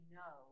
no